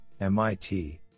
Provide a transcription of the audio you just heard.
MIT